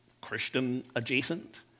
Christian-adjacent